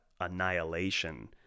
Annihilation